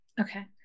Okay